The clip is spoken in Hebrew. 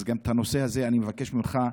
אז גם את הנושא הזה אני מבקש ממך.